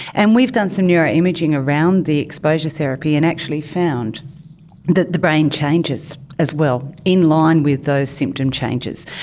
and we've done some neuroimaging around the exposure therapy and actually found that the brain changes as well in line with those symptom changes.